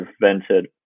prevented